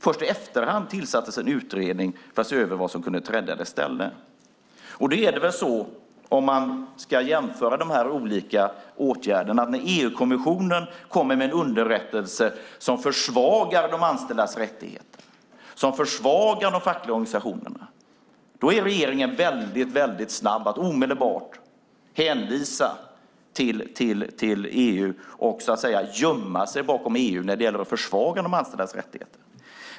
Först i efterhand tillsattes en utredning för att se över vad som kunde träda i dess ställe. Om man ska jämföra de olika åtgärderna ser man att när EU-kommissionen kommer med en underrättelse som försvagar de anställdas rättigheter och som försvagar de fackliga organisationerna är regeringen väldigt snabb att omedelbart hänvisa till EU. När det gäller att försvaga de anställdas rättigheter gömmer regeringen sig bakom EU.